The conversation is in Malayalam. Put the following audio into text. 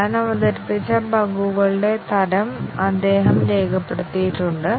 താൻ അവതരിപ്പിച്ച ബഗുകളുടെ തരം അദ്ദേഹം രേഖപ്പെടുത്തിയിട്ടുണ്ട്